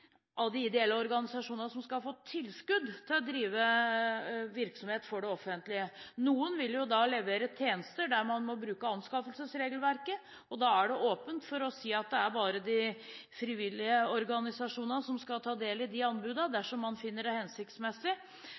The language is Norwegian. av de ideelle organisasjonene som skal få tilskudd til å drive virksomhet for det offentlige. Noen vil levere tjenester der man må bruke anskaffelsesregelverket. Da er det åpent for å si at det er bare de frivillige organisasjonene som skal ta del i de anbudene, dersom man finner det hensiktsmessig,